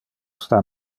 sta